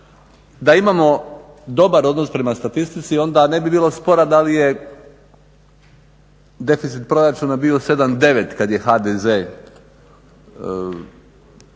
Da imamo dobar odnos prema statistici onda ne bi bilo spora da li je deficit proračuna bio 7,9 kad je HDZ izgubio